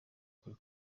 kuri